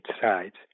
sides